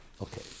Okay